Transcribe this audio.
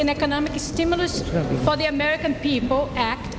in economic stimulus for the american people act